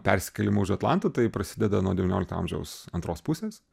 persikėlimu už atlanto tai prasideda nuo devyniolikto amžiaus antros pusės